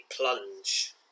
plunge